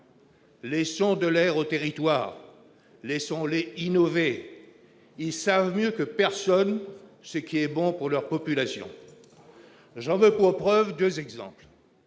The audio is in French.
Laissons de l'air aux territoires. Laissons-les innover. Ils savent mieux que personne ce qui est bon pour leur population. J'en veux pour preuve deux exemples.